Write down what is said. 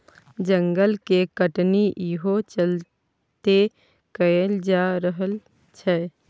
जंगल के कटनी इहो चलते कएल जा रहल छै